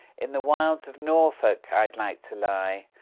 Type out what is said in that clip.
in the wilds of norfolk i'd like to lie,